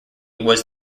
was